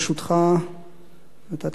ואתה תנצל אותן היטב, אנחנו בטוחים.